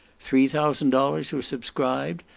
three thousand dollars were subscribed,